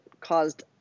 caused